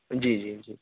جی جی جی